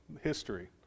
history